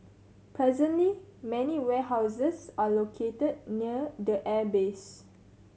presently many warehouses are located near the airbase